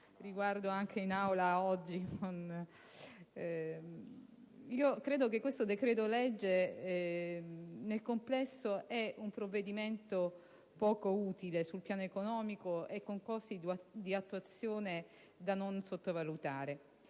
e anche oggi in Aula. Questo decreto legge, nel complesso, è un provvedimento poco utile sul piano economico e con costi di attuazione da non sottovalutare.